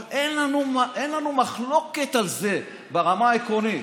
אבל אין לנו מחלוקת על זה ברמה העקרונית.